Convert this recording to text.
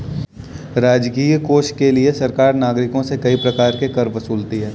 राजकीय कोष के लिए सरकार नागरिकों से कई प्रकार के कर वसूलती है